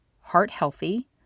heart-healthy